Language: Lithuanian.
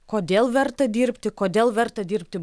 kodėl verta dirbti kodėl verta dirbti